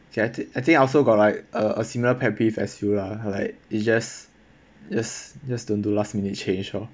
okay I thi~ I think I also got like a similar pet peeve as you lah like it's just just just don't do last minute change orh